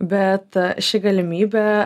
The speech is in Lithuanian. bet ši galimybė